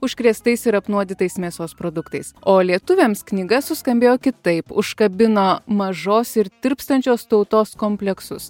užkrėstais ir apnuodytais mėsos produktais o lietuviams knyga suskambėjo kitaip užkabino mažos ir tirpstančios tautos kompleksus